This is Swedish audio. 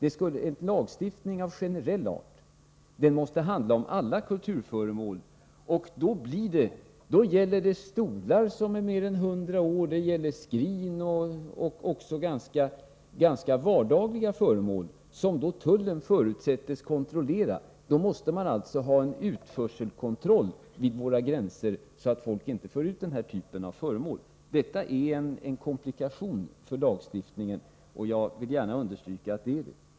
En lagstiftning av generell art måste handla om alla kulturföremål, och då gäller det också stolar som är mer än hundra år, skrin och även ganska vardagliga föremål, som tullen förutsätts kontrollera. Vi måste alltså ha en utförselkontroll vid våra gränser, så att folk inte för ut den typen av föremål. Detta är en komplikation för lagstiftningen, och jag vill gärna understryka att det är så.